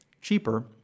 cheaper